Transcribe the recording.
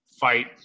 fight